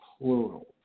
plural